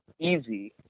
easy